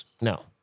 No